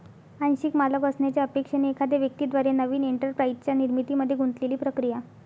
आंशिक मालक असण्याच्या अपेक्षेने एखाद्या व्यक्ती द्वारे नवीन एंटरप्राइझच्या निर्मितीमध्ये गुंतलेली प्रक्रिया